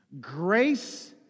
Grace